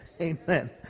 Amen